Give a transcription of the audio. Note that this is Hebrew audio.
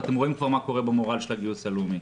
ואתם רואים כבר מה קורה במורל של הגיוס הלאומי.